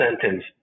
sentence